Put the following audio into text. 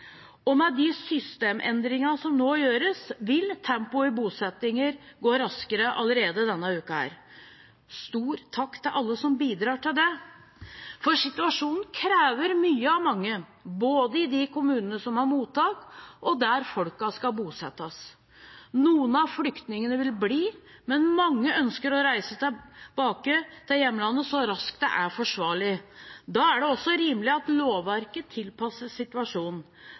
og med de systemendringene som nå gjøres, vil tempoet i bosettingen gå raskere allerede denne uken. Stor takk til alle som bidrar til det, for situasjonen krever mye av mange, både i de kommunene som har mottak, og der folk skal bosettes. Noen av flyktningene vil bli, men mange ønsker å reise tilbake til hjemlandet så raskt det er forsvarlig. Da er det også rimelig at lovverket tilpasses situasjonen.